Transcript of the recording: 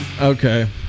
Okay